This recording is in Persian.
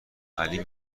علی